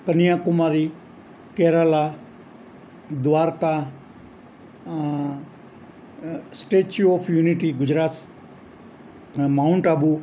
Kanyakumari Kerala Dwarka statue of unity Gujarat અને mount Abu